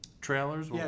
trailers